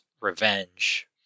Revenge